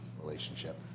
relationship